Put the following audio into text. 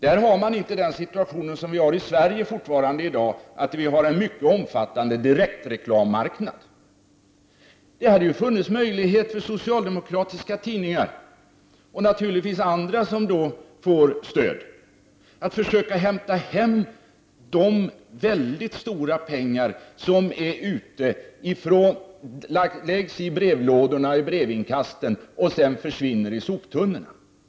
Där har man alltså inte samma situation som vi i Sverige fortfarande har, nämligen att det är en mycket omfattande direktreklammarknad. Socialdemokratiska tidningar och naturligtvis också andra tidningar som får stöd hade naturligtvis haft möjligheter att försöka hämta hem de mycket stor summor som läggs ut på reklam som hamnar i brevlådor eller brevinkast för att sedan försvinna ned i soptunnor.